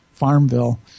Farmville